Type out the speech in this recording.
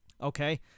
Okay